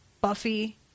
Buffy